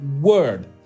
word